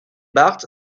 bart